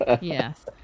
Yes